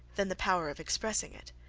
than the power of expressing it.